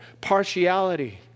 partiality